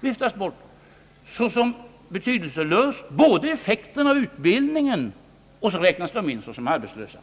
som någonting betydelselöst. Och så räknar man bland de arbetslösa in dem som får utbildning.